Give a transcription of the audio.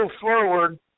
forward